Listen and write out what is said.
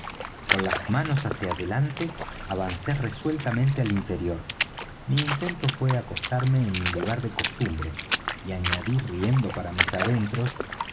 con las manos hacia adelante avancé resueltamente al interior mi intento fué acostarme en mi lugar de costumbre y añadí riendo para mis adentros